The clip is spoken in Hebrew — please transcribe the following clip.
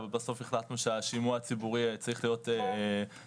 אבל בסוף החלטנו שהשימוע הציבורי צריך להיות מספיק